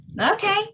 okay